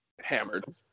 hammered